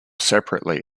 separately